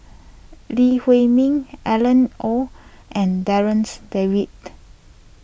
Lee Huei Min Alan Oei and Darryl's David